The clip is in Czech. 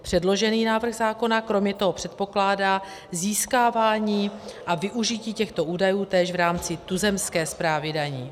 Předložený návrh zákona kromě toho předpokládá získávání a využití těchto údajů též v rámci tuzemské správy daní.